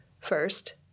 First